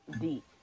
Deep